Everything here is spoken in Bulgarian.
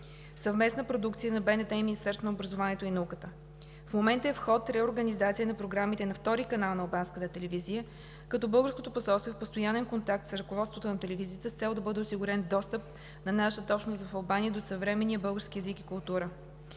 съвместна продукция на БНТ и Министерството на образованието и науката. В момента е в ход реорганизация на програмите на втори канал на Албанската телевизия, като българското посолство е в постоянен контакт с ръководството на телевизията с цел да бъде осигурен достъп на нашата общност в Албания до съвременния български език и култура.